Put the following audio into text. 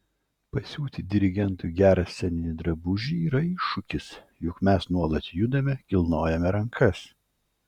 pasiūti dirigentui gerą sceninį drabužį yra iššūkis juk mes nuolat judame kilnojame rankas